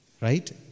Right